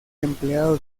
empleado